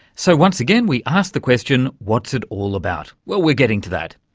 so once again we ask the question what's it all about? well, we're getting to that.